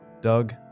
Doug